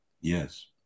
yes